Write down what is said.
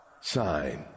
Sign